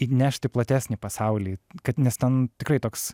įnešti platesnį pasaulį kad nes ten tikrai toks